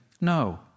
no